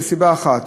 זו סיבה אחת,